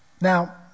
Now